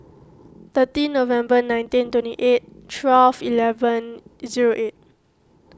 thirty November nineteen twenty eight twelve eleven zero eight